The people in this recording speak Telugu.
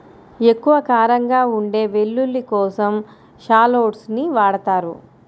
ఎక్కువ కారంగా ఉండే వెల్లుల్లి కోసం షాలోట్స్ ని వాడతారు